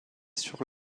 sur